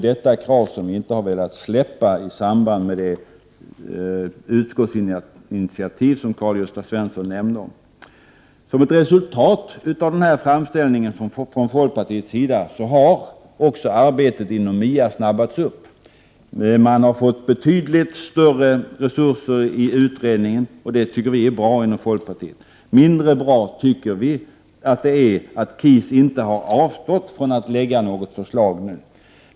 Detta krav har vi heller inte velat släppa i samband med det utskottsinitiativ som Karl-Gösta Svenson nämnde. Som ett resultat av folkpartiets framställning har arbetet inom MIA snabbats upp. Utredningen har fått betydligt större resurser, och det tycker vi inom folkpartiet är bra. Mindre bra tycker vi att det är att KIS inte har avstått från att lägga fram förslag nu.